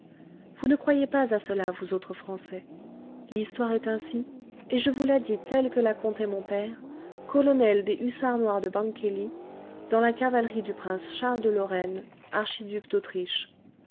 vous ne croyez pas à cela vous autres français l'histoire est ainsi et je vous la dis telle que la contait mon père colonel des hussards noirs de bangkeli dans la cavalerie du prince charles de lorraine archiduc d'autriche